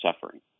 suffering